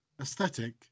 Aesthetic